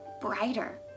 brighter